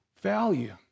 value